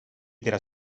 della